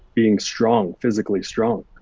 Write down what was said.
being strong, physically strong.